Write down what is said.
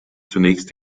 zunächst